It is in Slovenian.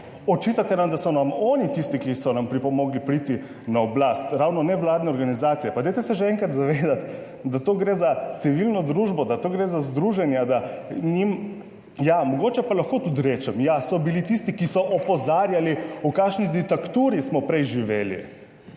Očitate nam, da so nam oni tisti, ki so nam pripomogli priti na oblast, ravno nevladne organizacije. Pa dajte se že enkrat zavedati, da to gre za civilno družbo, da to gre za združenja, da njim ja, mogoče pa lahko tudi rečem, ja, so bili tisti, ki so opozarjali v kakšni diktaturi smo prej živeli.